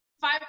five